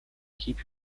keep